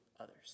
others